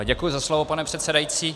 Děkuji za slovo, pane předsedající.